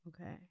okay